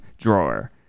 drawer